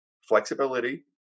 flexibility